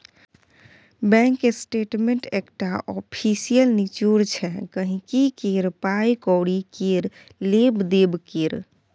bank statement एकटा official निचोड़ छै गांहिकी केर पाइ कौड़ी केर लेब देब केर